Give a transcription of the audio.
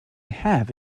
have